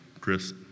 Chris